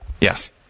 Yes